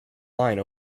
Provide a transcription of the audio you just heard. line